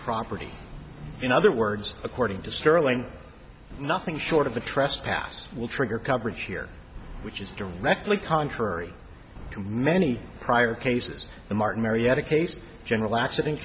property in other words according to sterling nothing short of a trespass will trigger coverage here which is directly contrary commenee prior cases the martin marietta case general accident